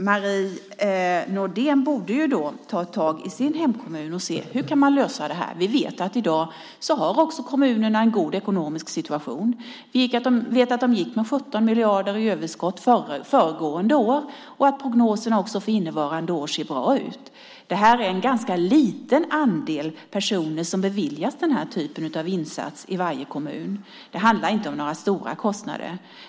Marie Nordén borde då ta tag i sin hemkommun och se hur man kan lösa det här. Vi vet att kommunerna i dag också har en god ekonomisk situation. Vi vet att de gick med 17 miljarder i överskott föregående år och att prognoserna också för innevarande år ser bra ut. Det är en ganska liten andel personer som beviljas den här typen av insats i varje kommun. Det handlar inte om några stora kostnader.